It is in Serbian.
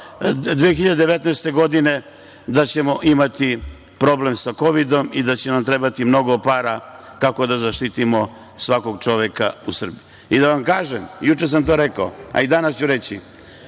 2019. godine da ćemo imati problem sa kovidom i da će nam trebati mnogo para kako da zaštitimo svakog čoveka u Srbiji. Da vam kaže, a i juče sam to rekao a i danas ću reći,